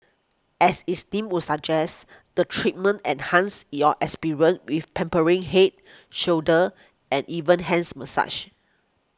as its deem would suggest the treatment enhances your experience with pampering head shoulder and even hands massage